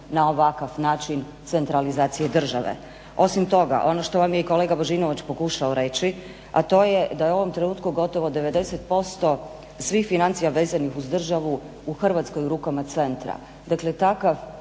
na ovakav način centralizacije države. Osim toga, ono što vam je i kolega Božinović pokušao reći, a to je da je u ovom trenutku gotovo 90% svih financija vezanih uz državu u Hrvatskoj u rukama centra. Dakle takav